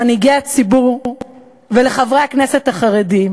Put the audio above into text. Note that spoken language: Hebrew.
למנהיגי הציבור ולחברי הכנסת החרדים